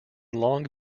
long